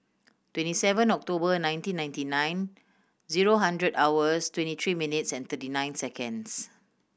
twenty seven October nineteen ninety nine zero hundred hours twenty three minutes and thirty nine seconds